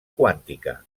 quàntica